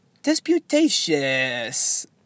Disputatious